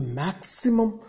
maximum